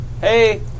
hey